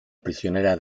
prisionera